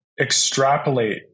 extrapolate